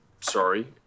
sorry